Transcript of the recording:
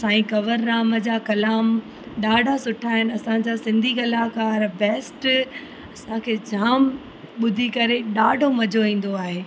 साईं कवरराम जा कलाम ॾाढा सुठा आहिनि असांजा सिंधी कलाकार बैस्ट असांखे जाम ॿुधी करे ॾाढो मज़ो ईंदो आहे